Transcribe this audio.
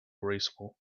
graceful